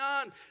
on